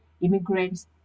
immigrants